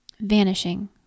vanishing